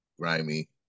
grimy